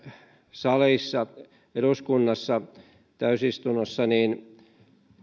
salissa eduskunnassa täysistunnossa niin